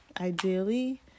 ideally